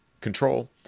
control